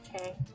Okay